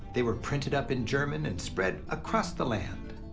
they were printed up in german and spread across the land.